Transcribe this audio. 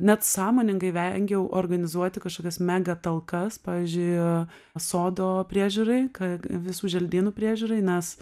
net sąmoningai vengiau organizuoti kažkokias mega talkas pavyzdžiui sodo priežiūrai ka visų želdynų priežiūrai nes